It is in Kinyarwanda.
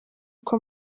uko